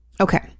Okay